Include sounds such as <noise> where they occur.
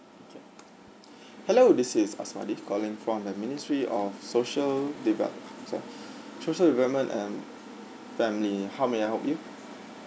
okay <breath> hello this is asmadi calling from the ministry of social deve~ sorry social development and family how may I help you